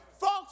folks